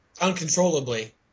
uncontrollably